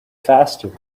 faster